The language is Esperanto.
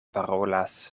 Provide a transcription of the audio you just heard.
parolas